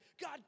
God